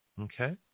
Okay